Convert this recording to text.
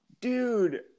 dude